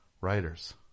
Writers